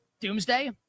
Doomsday